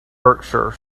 berkshire